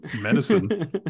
Medicine